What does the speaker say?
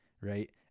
right